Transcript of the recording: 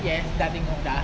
yes dah tengok dah